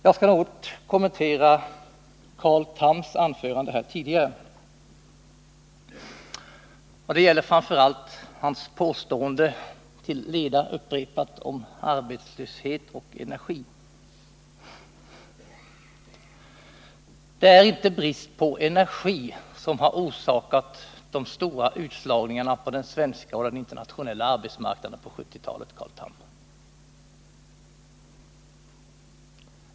Jag skall något kommentera Carl Thams anförande här tidigare, framför allt hans påstående — upprepat till leda — om arbetslöshet och energi. Det är inte brist på energi som har orsakat de stora utslagningarna på den svenska och den internationella arbetsmarknaden under 1970-talet, Carl Tham.